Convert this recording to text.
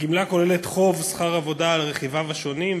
הגמלה כוללת חוב שכר עבודה על רכיביו השונים,